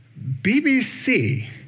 BBC